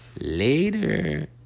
Later